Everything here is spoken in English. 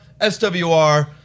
SWR